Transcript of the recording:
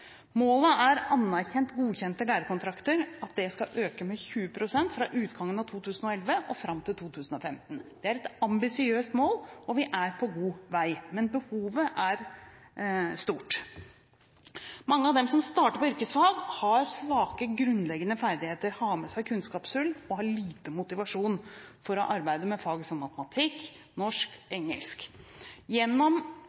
Målet er at antall godkjente lærekontrakter skal øke med 20 pst. fra utgangen av 2011 og fram til 2015. Det er et ambisiøst mål, og vi er på god vei, men behovet er stort. Mange av dem som starter på yrkesfag, har svake grunnleggende ferdigheter, har med seg kunnskapshull, og har liten motivasjon for å arbeide med fag som matematikk, norsk